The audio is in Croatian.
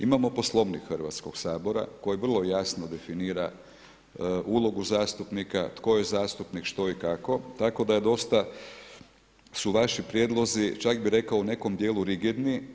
Imamo Poslovnik Hrvatskog sabora koji vrlo jasno definira ulogu zastupnika, tko je zastupnik, što i kako tako da je dosta su vaši prijedlozi čak bi rekao u nekom dijelu rigidniji.